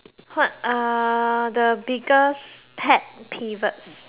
what are the biggest pet peeves